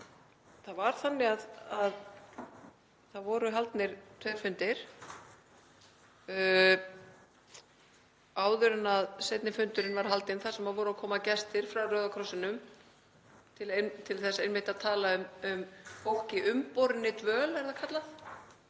Það var þannig að það voru haldnir tveir fundir. Áður en seinni fundurinn var haldinn, þar sem komu gestir frá Rauða krossinum til þess einmitt að tala um fólk í umborinni dvöl, eins og það